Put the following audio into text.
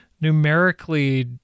numerically